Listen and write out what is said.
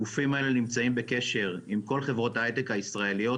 הגופים האלה נמצאים בקשר עם כל חברות ההיי-טק הישראליות.